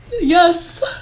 Yes